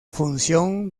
función